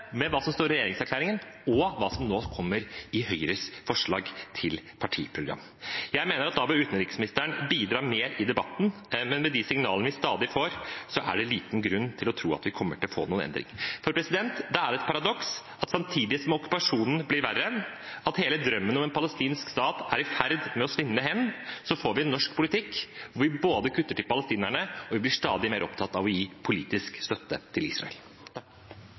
med budsjettkuttet, med hva som står i regjeringserklæringen, og med hva som nå kommer i Høyres forslag til partiprogram. Jeg mener at da bør utenriksministeren bidra mer i debatten, men med de signalene vi stadig får, er det liten grunn til å tro at vi kommer til å få noen endringer. For det er et paradoks at samtidig som okkupasjonen blir verre, at hele drømmen om en palestinsk stat er i ferd med å svinne hen, får vi en norsk politikk hvor vi både kutter til palestinerne og blir stadig mer opptatt av å gi politisk støtte til Israel.